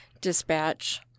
dispatch